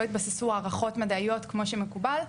לא התבססו הערכות מדעיות כמו שמקובל,